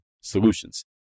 solutions